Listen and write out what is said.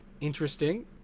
Interesting